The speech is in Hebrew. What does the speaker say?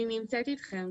אני נמצאת אתכם.